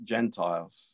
Gentiles